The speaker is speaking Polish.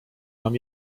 mam